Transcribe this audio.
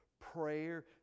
prayer